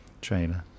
trailer